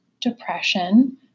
depression